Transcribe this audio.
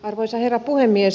arvoisa herra puhemies